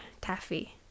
Taffy